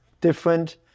Different